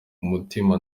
umutima